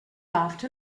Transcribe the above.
laughed